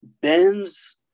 bends